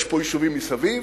יש פה יישובים מסביב,